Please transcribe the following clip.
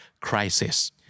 crisis